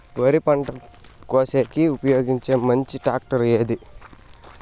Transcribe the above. వరి పంట కోసేకి ఉపయోగించే మంచి టాక్టర్ ఏది?